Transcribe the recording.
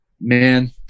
man